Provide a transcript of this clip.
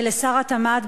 ולשר התמ"ת,